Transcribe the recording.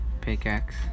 pickaxe